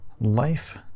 life